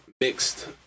mixed